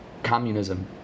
Communism